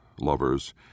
lovers